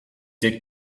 that